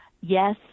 Yes